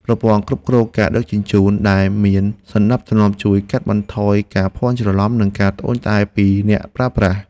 ប្រព័ន្ធគ្រប់គ្រងការដឹកជញ្ជូនដែលមានសណ្តាប់ធ្នាប់ជួយកាត់បន្ថយការភាន់ច្រឡំនិងការត្អូញត្អែរពីអ្នកប្រើប្រាស់។